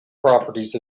properties